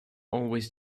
always